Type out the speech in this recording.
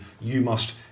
you-must-